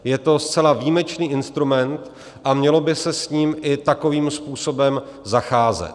Je to zcela výjimečný instrument a mělo by se s ním i takovým způsobem zacházet.